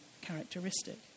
characteristic